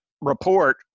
report